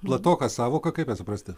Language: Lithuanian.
platoka sąvoka kaip ją suprasti